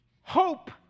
hope